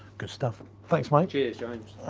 good stuff, thanks mate. cheers, james.